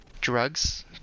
drugs